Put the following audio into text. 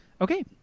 Okay